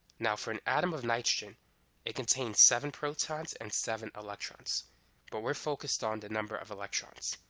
now for an atom of nitrogen it contains seven protons and seven electrons but we're focused on the number of electrons